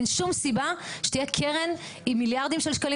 אין שום סיבה שתהיה קרן עם מיליארדים של שקלים